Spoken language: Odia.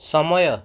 ସମୟ